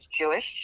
Jewish